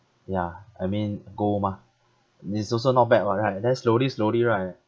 ya I mean gold mah it's also not bad [what] right then slowly slowly right